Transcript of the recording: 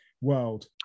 world